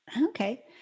okay